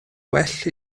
well